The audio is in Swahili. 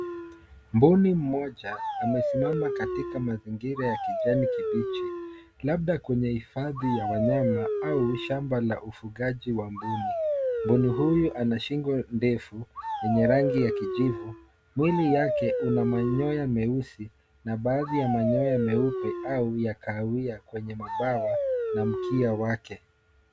Mbuni mmoja amesimama katika mazingira ya kijani kibichi, labda kwenye hifadhi la wanyama au shamba la ufugaji wa mbuni. Mbuni huyu ana shingo ndefu yenye rangi ya kijivu. Mwili yake una manyoya meusi na baadhi ya manyoya meupe au ya kahawia kwenye mabawa na mkia wake.